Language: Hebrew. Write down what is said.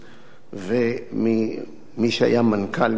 וממי שהיה מנכ"ל משרד החוץ,